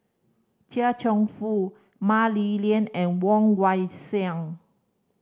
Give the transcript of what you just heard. Chia Cheong Fook Mah Li Lian and Woon Wah Siang